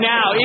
Now